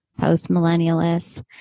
postmillennialists